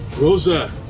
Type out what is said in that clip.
Rosa